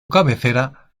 cabecera